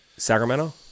Sacramento